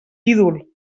ídol